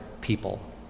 people